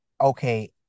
okay